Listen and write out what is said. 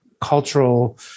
cultural